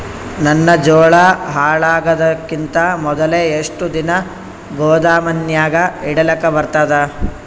ನನ್ನ ಜೋಳಾ ಹಾಳಾಗದಕ್ಕಿಂತ ಮೊದಲೇ ಎಷ್ಟು ದಿನ ಗೊದಾಮನ್ಯಾಗ ಇಡಲಕ ಬರ್ತಾದ?